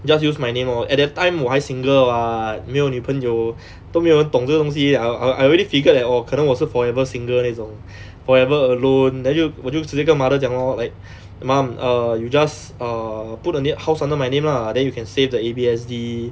just use my name lor at that time 我还 single [what] 没有女朋友都没有人懂这个东西 I I already figured that oh 可能我是 forever single 那种 forever alone then 就我就直接跟我的 mother 讲 lor like mum err you just err put the name the house under my name lah then you can save the A_B_S_D